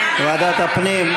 לוועדת הפנים?